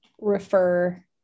refer